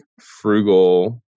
frugal